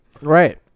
Right